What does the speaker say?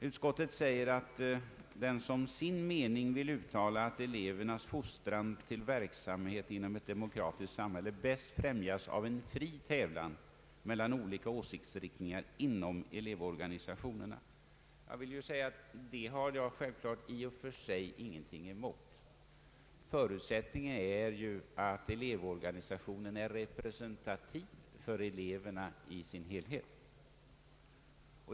Utskottet ”vill som sin mening uttala att elevernas fostran till verksamhet inom ett demokratiskt samhälle bäst främjas av en fri tävlan mellan olika åsiktsriktningar inom elevorganisationerna”. Det har jag självklart i och för sig ingenting emot. Förutsättningen är ju att elevorganisationen är represntativ för elevkåren i dess helhet.